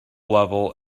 level